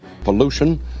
Pollution